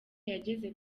yageze